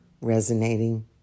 resonating